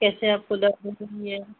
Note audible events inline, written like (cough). कैसे आपको दवा (unintelligible) है